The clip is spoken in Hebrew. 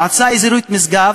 המועצה האזורית משגב